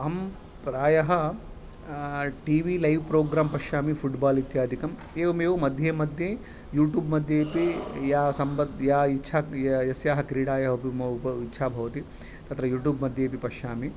अहं प्रायः T V live programme पश्यामि फुट्बाल् इत्यादिकम् एवमेव मध्ये मध्ये युट्यूब् मध्येऽपि या सम्बध् या इच्छा यस्याः क्रीडायाः इच्छा भवति तत्र युट्यूब् मध्येऽपि पश्यामि